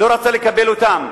לקבל אותם.